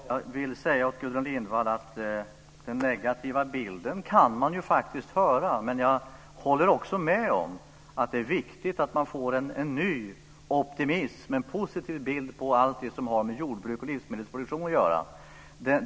Fru talman! Jag vill säga åt Gudrun Lindvall att man ju faktiskt kan höra den negativa bilden, men jag håller också med om att det är viktigt att man får en ny optimism, en positiv bild på allt det som har med jordbruk och livsmedelsproduktion att göra.